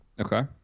okay